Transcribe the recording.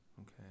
Okay